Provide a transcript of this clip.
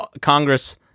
Congress